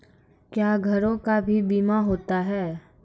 क्या घरों का भी बीमा होता हैं?